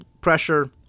pressure